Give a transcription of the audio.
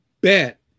bet